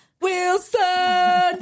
Wilson